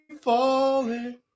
Falling